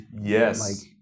Yes